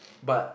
but